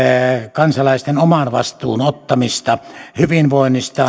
kansalaisten oman vastuun ottamista omasta hyvinvoinnista